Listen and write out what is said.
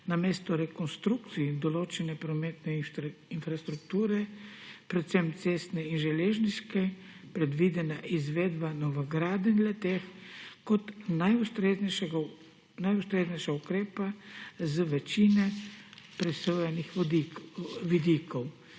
namesto rekonstrukcij in določene prometne infrastrukture, predvsem cestne in železniške, predvidena izvedba novogradenj le-teh kot najustreznejša ukrepa z večine presojanih vidikov,